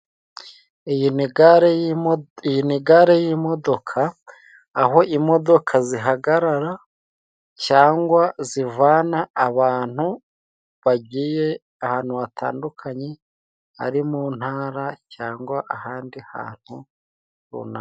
Iyi ni gare y'imodoka aho imodoka zihagarara cyangwa zivana abantu bagiye ahantu hatandukanye, ari mu ntara cyangwa ahandi hantu runaka.